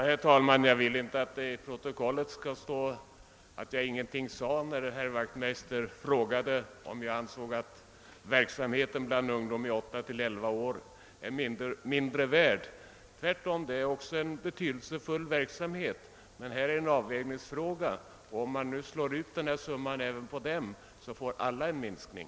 Herr talman! Jag vill inte att det av protokollet skall framgå att jag ingenting svarat när herr Wachtmeister frågat, om jag ansåg att verksamheten bland ungdomar i åldern 8—12 år skulle vara mindre värd än annan verksamhet. Tvärtom! Också denna verksamhet är betydelsefull, men det är en avvägningsfråga; om man slår ut summan, så att den omfattar även dem, blir följden att alla får en minskning.